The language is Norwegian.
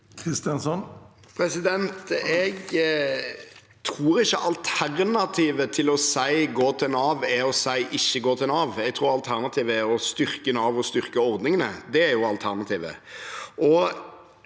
Jeg tror ikke al- ternativet til å si «gå til Nav» er å si «ikke gå til Nav». Jeg tror alternativet er å styrke Nav og styrke ordningene. Det er alternativet.